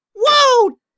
Whoa